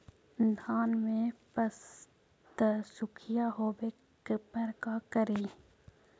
धान मे पत्सुखीया होबे पर का करि?